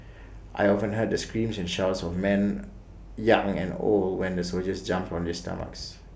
I often heard the screams and shouts of men young and old when the soldiers jumped on their stomachs